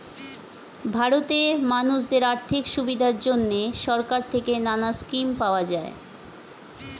ভারতে মানুষদের আর্থিক সুবিধার জন্যে সরকার থেকে নানা স্কিম পাওয়া যায়